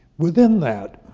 within that,